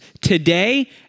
today